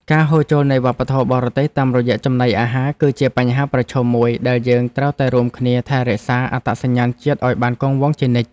ការហូរចូលនៃវប្បធម៌បរទេសតាមរយៈចំណីអាហារ គឺជាបញ្ហាប្រឈមមួយដែលយើងត្រូវតែរួមគ្នាថែរក្សាអត្តសញ្ញាណជាតិឲ្យបានគង់វង្សជានិច្ច។